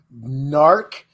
Narc